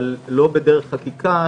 אבל לא בדרך חקיקה,